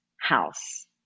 house